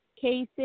cases